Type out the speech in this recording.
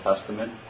Testament